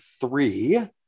three